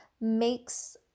makes